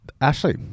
Ashley